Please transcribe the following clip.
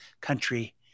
country